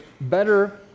better